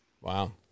Wow